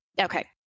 Okay